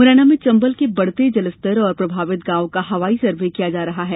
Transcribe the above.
मुरैना में चंबल के बढ़ते जलस्तर और प्रभावित गांव का हवाई सर्वे किया जा रहा है